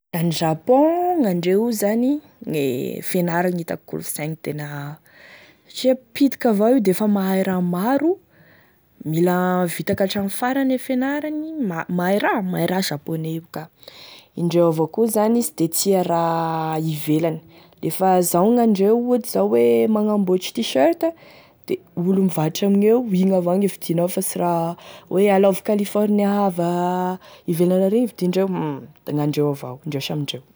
Gn'any Japon, gnandreo io zany gne fianaragny e hitako kolosaigny tena satria pitiky avao io defa mahay raha maro, mila vitak'atramy e farane fianaragny, mahay raha, mahay raha japonais io ka indreo avao koa zany sy de tia raha ivelany, efa zao gn'andreo ohatry zao hoe magnamboatry Tee-shirt da olo mivarotry amigneo e igny avao e vidianao fa sy raha hoe I love California avy a ivelany ary e vidindreo, hum da gnandreo avao, indreo samy indreo.